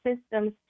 systems